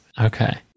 Okay